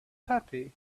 happy